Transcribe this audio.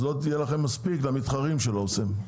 אז לא יהיה לכם מספיק למתחרים של אסם.